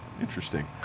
interesting